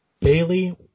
Bailey